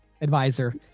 advisor